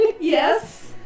Yes